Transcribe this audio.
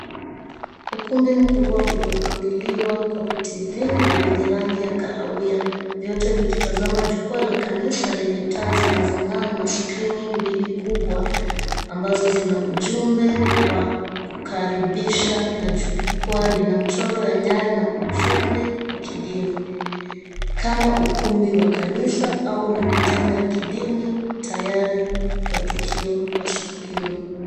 Ukumbi mkubwa uliopangiliwa kwa viti vingi nyenye rangi ya kahawia vyote vikitazama jukwaa la kanisa lenye taa zinazo ng'aa na screen mbili kubwa ambazo zina ujumbe wa kukaribisha na jukwaa lina mchoro wa nyayo na ujumbe wa kidini kama ukumbi wa kanisa au mkutano wa kidini tayari kwa tukio la siku hio.